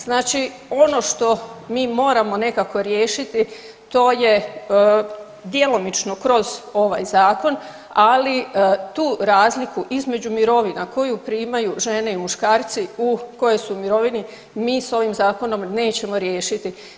Znači ono što mi moramo nekako riješiti to je djelomično kroz ovaj zakon, ali tu razliku između mirovina koju primaju žene i muškarci koji su u mirovini mi sa ovim zakonom nećemo riješiti.